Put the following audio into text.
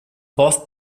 both